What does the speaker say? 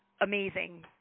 amazing